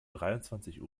dreiundzwanzig